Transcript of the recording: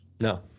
No